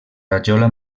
rajola